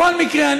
בכל מקרה,